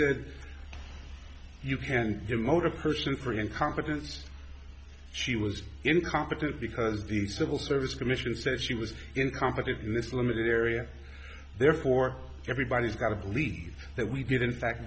said you can't get a motor person for incompetence she was incompetent because the civil service commission said she was incompetent in this limited area therefore everybody's got to believe that we did in fact